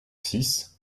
six